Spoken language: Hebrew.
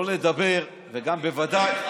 לא לדבר, גם אני מצפה ממך.